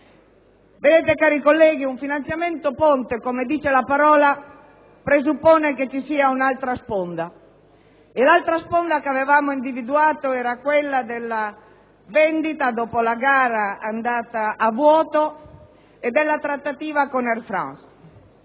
società». Cari colleghi, un finanziamento ponte, come dice la parola, presuppone che ci sia un'altra sponda e l'altra sponda che avevamo individuato era quella della vendita, dopo la gara andata deserta, e della trattativa con Air France.